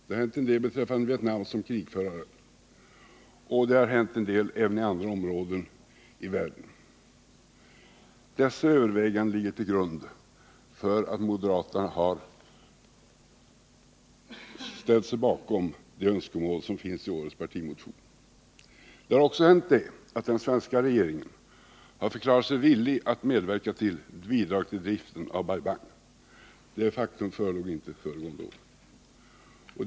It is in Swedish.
Det har hänt en del beträffande Vietnam som krigförare. Och det har hänt en del även i andra områden i världen. Dessa överväganden ligger till grund för att moderaterna har ställt sig bakom de önskemål som finns i årets partimotion. Det har också hänt det, att den svenska regeringen har förklarat sig villig att medverka till bidrag till drift av Bai Bang. Detta faktum förelåg inte föregående år.